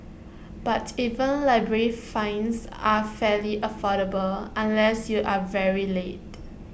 but even library fines are fairly affordable unless you are very late